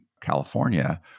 California